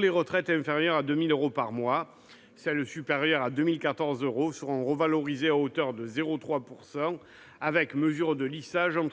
des retraites inférieures à 2 000 euros par mois. Celles qui sont supérieures à 2 014 euros seront revalorisées à hauteur de 0,3 %, avec mesure de lissage dans